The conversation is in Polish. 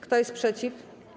Kto jest przeciw?